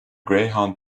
greyhound